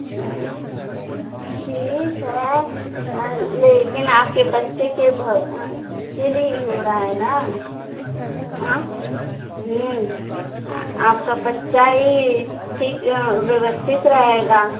ठीक है लेकिन आपके बच्चे के भविष्य के लिए ही हो रहा है ना है हाँ आपका बच्चा ही ठीक व्यवस्थित रहेगा